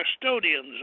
custodians